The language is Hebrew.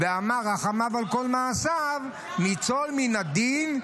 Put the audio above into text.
ואמר "רחמיו על כל מעשיו" ניצול מן הדין.